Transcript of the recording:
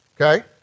okay